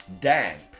damp